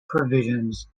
provisions